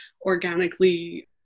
organically